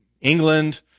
England